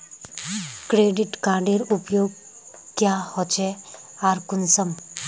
Credit कार्डेर उपयोग क्याँ होचे आर कुंसम?